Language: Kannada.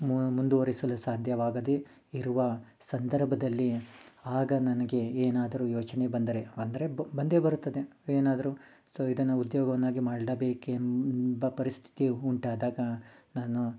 ಮು ಮುಂದುವರೆಸಲು ಸಾಧ್ಯವಾಗದೇ ಇರುವ ಸಂದರ್ಭದಲ್ಲಿ ಆಗ ನನಗೆ ಏನಾದರೂ ಯೋಚನೆ ಬಂದರೆ ಅಂದರೆ ಬಂದೇ ಬರುತ್ತದೆ ಏನಾದರೂ ಸೊ ಇದನ್ನು ಉದ್ಯೋಗವನ್ನಾಗಿ ಮಾಡ್ಲೇ ಬೇಕೆಂಬ ಪರಿಸ್ಥಿತಿಯು ಉಂಟಾದಾಗ ನಾನು